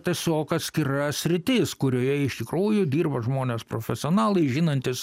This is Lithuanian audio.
tiesiog atskira sritis kurioje iš tikrųjų dirba žmonės profesionalai žinantys